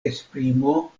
esprimo